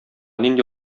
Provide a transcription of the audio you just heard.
нинди